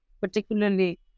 particularly